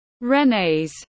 Rene's